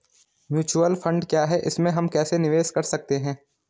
Mutual fund क्या है इसमें हम कैसे निवेश कर सकते हैं?